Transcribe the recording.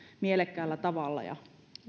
mielekkäällä tavalla ja